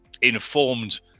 informed